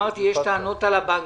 אמרתי שיש טענות על הבנקים.